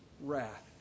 wrath